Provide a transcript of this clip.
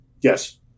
Yes